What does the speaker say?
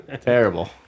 Terrible